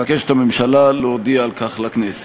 הממשלה מבקשת להודיע על כך לכנסת.